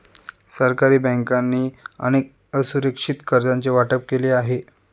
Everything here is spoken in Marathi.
सरकारी बँकांनी अनेक असुरक्षित कर्जांचे वाटप केले आहे